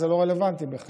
אז זה לא רלוונטי בכלל,